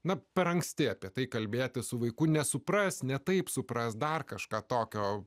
na per anksti apie tai kalbėti su vaiku nesupras ne taip supras dar kažką tokio